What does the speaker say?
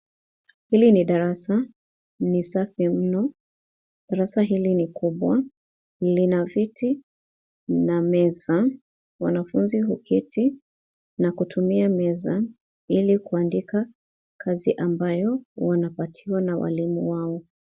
Hili ni darasa. Ni safi mji. Darasa hili ni kubwa, lina viti na meza. Wanafunzi huketi na kutumia meza ili kuandika kazi ambayo wanapatiwa na mwalimu wao.